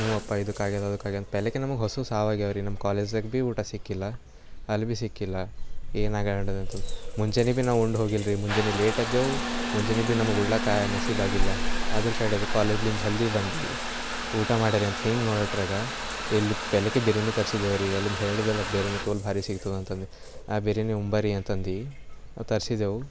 ಹ್ಞೂ ಅಪ್ಪ ಇದಕಾಗೆದವ ಅದ್ಕಾಗೇದ ಪೈಲೆಕಿ ನಮ್ಗೆ ಹಸು ಸಾವಗೆವು ರೀ ನಮ್ಮ ಕಾಲೇಜ್ದಾಗ ಭಿ ಊಟ ಸಿಕ್ಕಿಲ್ಲ ಅಲ್ಲಿ ಭಿ ಸಿಕ್ಕಿಲ್ಲ ಮುಂಜಾನೆ ಭಿ ನಾವು ಉಂಡು ಹೋಗಿಲ್ಲರಿ ಮುಂಜಾನೆ ಲೇಟ್ ಎದ್ದೆವು ಮುಂಜಾನೆ ಭಿ ನಮ್ಗೆ ಉಣ್ಣಲಾಕ ನಸೀಬಾಗಿಲ್ಲ ಅದ್ರ ಕಡೆದು ಕಾಲೇಜ್ಲಿಂದ ಜಲ್ದಿ ಬಂದು ಊಟ ಮಾಡೇರೆ ಅಂತ ಹಿಂಗ ನೋಡಟ್ರಾಗ ಇಲ್ಲಿ ಪೆಲೆಕೆ ಬಿರ್ಯಾನಿ ತರ್ಸಿದೇವೆರಿ ಅಲ್ಲಿಂದ ಹೇಳಿದಲ್ಲ ಬೇರೆನೇ ತೋಲು ಭಾರಿ ಸಿಕ್ತದಂತಂದು ಆ ಬಿರ್ಯಾನಿ ಉಂಬರಿ ಅಂತಂದು ತರಿಸಿದೆವು